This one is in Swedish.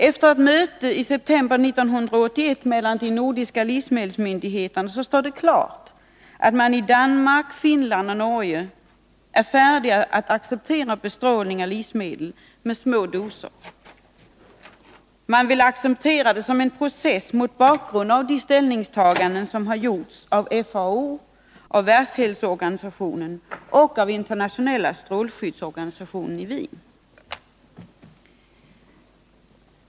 Efter ett möte i september 1981 mellan de nordiska livsmedelsmyndigheterna står det klart att man i Danmark, Finland och Norge är färdig att acceptera bestrålning av livsmedel med små doser. Man vill acceptera det som en process mot bakgrund av de ställningstaganden som gjorts av FAO, WHO och av internationella strålskyddsorganisationen i Wien.